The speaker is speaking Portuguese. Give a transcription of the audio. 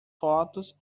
fotos